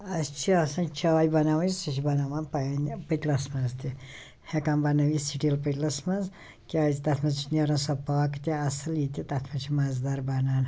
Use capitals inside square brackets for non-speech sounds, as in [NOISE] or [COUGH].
اسہِ چھِ آسان چاے بَناوٕنۍ سۄ چھ بناوان [UNINTELLIGIBLE] پٔتلَس مَنٛز تہِ ہیٚکان بَنٲیِتھ سٹیٖل پٔتلَس مَنٛز کیٛازِ تتھ مَنٛز چھ نیران سۄ پاکہٕ تہِ اصٕل یہِ تہِ تتھ مَنٛز چھِ مَزٕدار بَنان